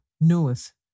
knoweth